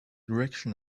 direction